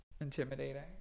intimidating